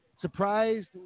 Surprised